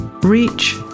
REACH